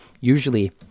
usually